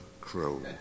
crow